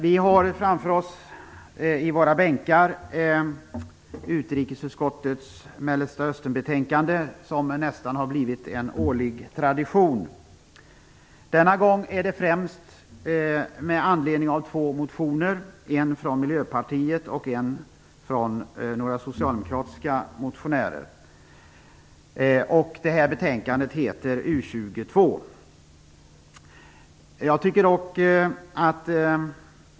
Vi har framför oss i våra bänkar utrikesutskottets Mellanösternbetänkande, som nästan har blivit en årlig tradition. Denna gång är det främst med anledning av två motioner, en från Miljöpartiet och en från några socialdemokratiska motionärer. Betänkandet heter UU22.